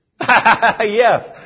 Yes